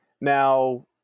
Now